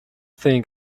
think